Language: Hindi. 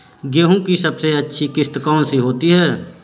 गेहूँ की सबसे अच्छी किश्त कौन सी होती है?